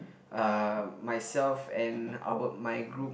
uh myself and our my group